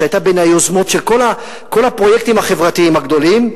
שהיתה בין היוזמות של כל הפרויקטים החברתיים הגדולים,